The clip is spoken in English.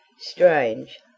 Strange